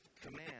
command